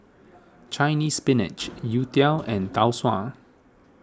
Chinese Spinach Youtiao and Tau Suan